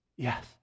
Yes